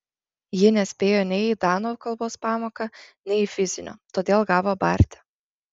ji nespėjo nei į danų kalbos pamoką nei į fizinio todėl gavo barti